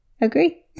Agree